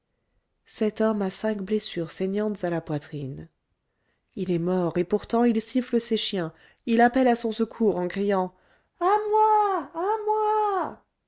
cet homme a cinq blessures saignantes à la poitrine il est mort et pourtant il siffle ses chiens il appelle à son secours en criant à moi à moi